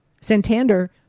Santander